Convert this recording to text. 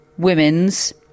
Women's